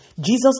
Jesus